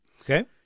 Okay